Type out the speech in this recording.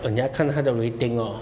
oh 你要看他的 rating lor